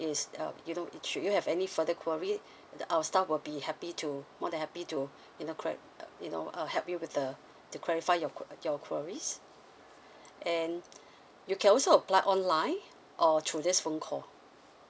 is um you know if should have any further queries the our staff will be happy to more than happy to you know que~ uh you know uh help you with the to clarify your que~ uh your queries and you can also apply online or through this phone call